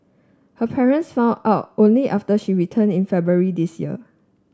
her parents found out only after she returned in February this year